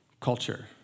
culture